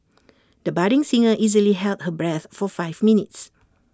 the budding singer easily held her breath for five minutes